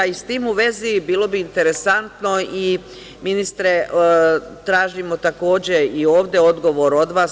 S tim u vezi bilo bi interesantno ministre, i tražimo to takođe i ovde odgovor od vas.